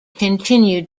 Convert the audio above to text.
continued